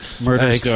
murder